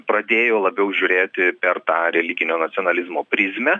pradėjo labiau žiūrėti per tą religinio nacionalizmo prizmę